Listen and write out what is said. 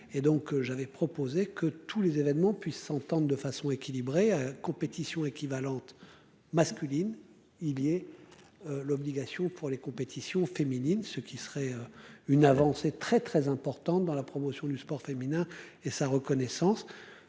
j'avais proposé que tous les événements puissants tentent de façon équilibrée à compétition équivalente masculine. Il y a. L'obligation pour les compétitions féminines, ce qui serait une avancée très très importante dans la promotion du sport féminin et sa reconnaissance.